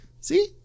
See